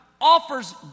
offers